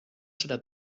serà